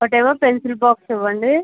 ఒకటేమో pencil box ఇవ్వండి